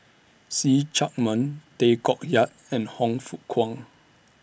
See Chak Mun Tay Koh Yat and Han Fook Kwang